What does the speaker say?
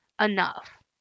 enough